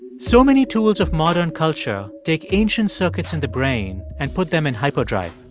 so many tools of modern culture take ancient circuits in the brain and put them in hyperdrive.